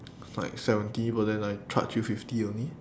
like seventy but then I charge you fifty only